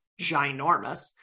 ginormous